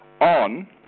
on